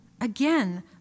Again